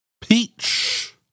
Peach